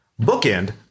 bookend